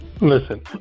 listen